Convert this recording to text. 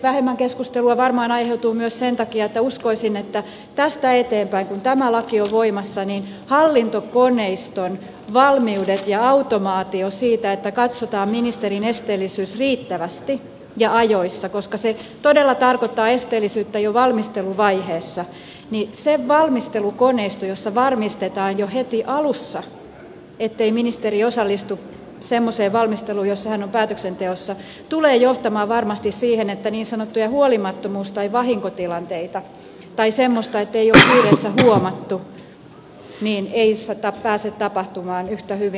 vähemmän keskustelua varmaan aiheutuu myös sen takia että uskoisin että tästä eteenpäin kun tämä laki on voimassa hallintokoneiston valmiudet ja automaatio siitä että katsotaan ministerin esteellisyys riittävästi ja ajoissa koska se todella tarkoittaa esteellisyyttä jo valmisteluvaiheessa ja se valmistelukoneisto jossa varmistetaan jo heti alussa ettei ministeri osallistu semmoiseen valmisteluun jossa hän on päätöksenteossa tulee johtamaan varmasti siihen että niin sanottuja huolimattomuus tai vahinkotilanteita tai semmoista ettei ole kiireessä huomattu ei pääse tapahtumaan yhtä hyvin